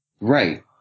Right